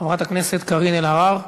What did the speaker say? חברת הכנסת קארין אלהרר,